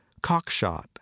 Cockshot